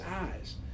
eyes